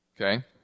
Okay